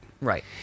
Right